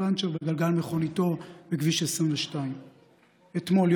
פנצ'ר בגלגל מכוניתו בכביש 22. אתמול,